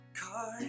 car